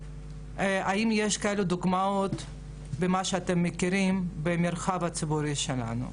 האם יש כאלה דוגמאות ממה שאתם מכירים במרחב הציבורי שלנו.